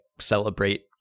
celebrate